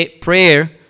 Prayer